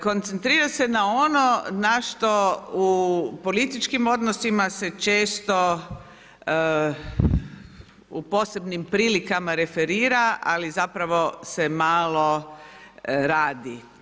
Koncentrira se na ono na što u političkim odnosima se često u posebnim prilikama referira ali zapravo se malo radi.